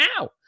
now